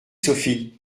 sophie